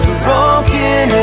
broken